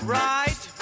right